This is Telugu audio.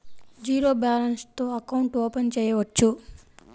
జీరో బాలన్స్ తో అకౌంట్ ఓపెన్ చేయవచ్చు?